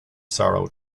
sorrow